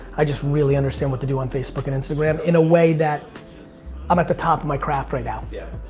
i just really understand what to do on facebook and instagram in a way that i'm at the top of my craft right now. yeah,